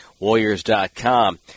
warriors.com